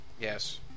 Yes